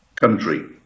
country